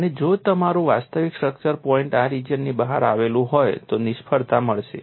અને જો તમારું વાસ્તવિક સ્ટ્રક્ચર પોઈન્ટ આ રિજિયનની બહાર આવેલું હોય તો નિષ્ફળતા મળશે